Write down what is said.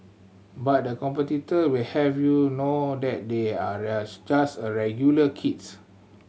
but the competitor will have you know that they are just regular kids